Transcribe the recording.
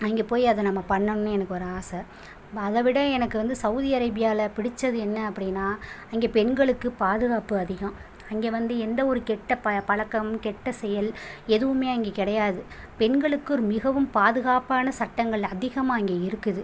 அங்கே போய் அதை நம்ம பண்ணனும் எனக்கு ஒரு ஆசை அதை விட எனக்கு வந்து சவூதி அரேபியாவில் பிடிச்சது என்ன அப்படின்னா அங்கே பெண்களுக்கு பாதுகாப்பு அதிகோம் அங்கே வந்து எந்த ஒரு கெட்ட பழ பழக்கமும் கெட்ட செயல் எதுவுமே அங்கே கிடையாது பெண்களுக்கு மிகவும் பாதுகாப்பான சட்டங்கள் அதிகமாக அங்கே இருக்குது